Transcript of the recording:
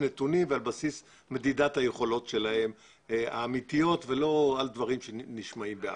נתונים ועל בסיס יכולות ולא דברים שנשמעים בעלמה.